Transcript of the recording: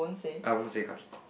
I want to say kaki